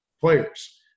players